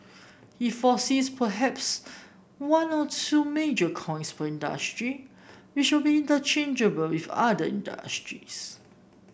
he foresees perhaps one or two major coins per industry which will be interchangeable with other industries